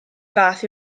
fath